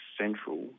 central